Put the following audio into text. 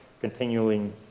continuing